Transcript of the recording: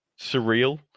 surreal